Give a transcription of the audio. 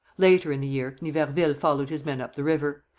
later in the year niverville followed his men up the river.